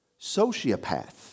Sociopath